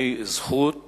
לזכות